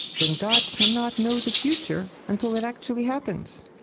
then god cannot know the future, until it actually happens.